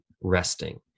resting